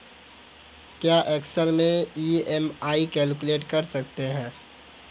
क्या एक्सेल में EMI calculate कर सकते हैं?